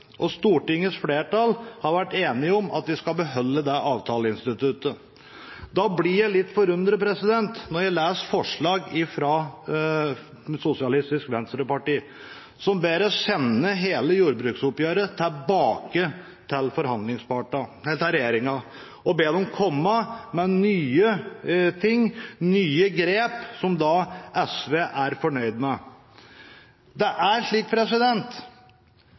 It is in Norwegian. og Stortingets flertall har vært enig om at man skal beholde det avtaleinstituttet. Da blir jeg litt forundret når jeg leser forslaget fra Sosialistisk Venstreparti, som ber oss sende hele jordbruksoppgjøret tilbake til regjeringen og ber den komme med nye ting, nye grep, som SV kan være fornøyd med.